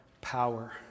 power